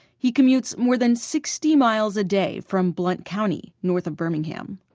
he commutes more than sixty miles a day from blount county, north of birmingham.